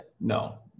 no